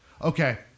Okay